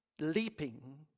leaping